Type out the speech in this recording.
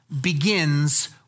begins